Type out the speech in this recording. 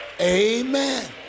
amen